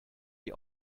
die